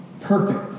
perfect